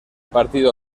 partido